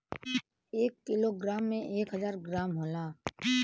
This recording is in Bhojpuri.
एक कीलो ग्राम में एक हजार ग्राम होला